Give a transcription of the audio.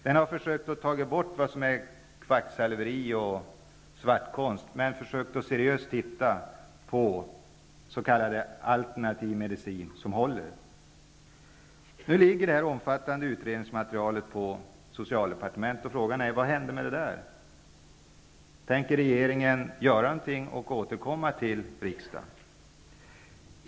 Den har försökt att ta bort kvacksalveri och svartkonst, men att seriöst titta på s.k. alternativ medicin som håller. Det omfattande utredningsmaterialet finns nu på socialdepartementet. Frågan är vad som kommer att hända med det. Tänker regeringen göra någonting och återkomma till riksdagen?